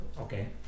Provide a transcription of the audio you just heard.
okay